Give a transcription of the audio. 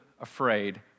afraid